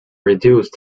reduced